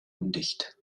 undicht